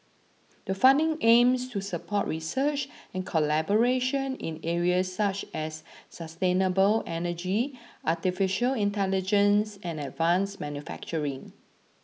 the funding aims to support research and collaboration in areas such as sustainable energy Artificial Intelligence and advanced manufacturing